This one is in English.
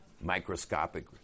Microscopic